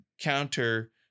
counter